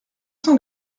cent